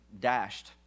dashed